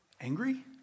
Angry